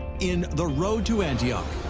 in the road to antioch,